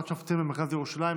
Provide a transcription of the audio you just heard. העברת שופטים למרכז ירושלים,